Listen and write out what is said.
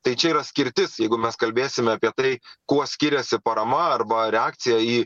tai čia yra skirtis jeigu mes kalbėsim apie tai kuo skiriasi parama arba reakcija į